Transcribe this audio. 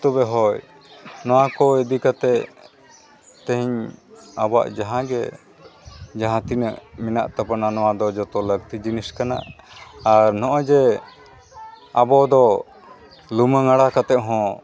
ᱛᱚᱵᱮ ᱦᱳᱭ ᱱᱚᱣᱟ ᱠᱚ ᱤᱫᱤ ᱠᱟᱛᱮᱫ ᱛᱮᱦᱮᱧ ᱟᱵᱚᱣᱟᱜ ᱡᱟᱦᱟᱸᱜᱮ ᱡᱟᱦᱟᱸ ᱛᱤᱱᱟᱹᱜ ᱢᱮᱱᱟᱜ ᱛᱟᱵᱚᱱᱟ ᱱᱚᱣᱟᱫᱚ ᱡᱚᱛᱚ ᱞᱟᱹᱠᱛᱤ ᱡᱤᱱᱤᱥ ᱠᱟᱱᱟ ᱟᱨ ᱱᱚᱜᱼᱚᱭ ᱡᱮ ᱟᱵᱚ ᱫᱚ ᱞᱩᱢᱟᱹᱝ ᱞᱟᱲᱟ ᱠᱟᱛᱮᱫ ᱦᱚᱸ